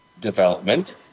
development